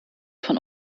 von